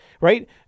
right